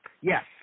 Yes